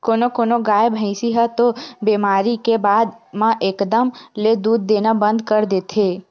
कोनो कोनो गाय, भइसी ह तो बेमारी के बाद म एकदम ले दूद देना बंद कर देथे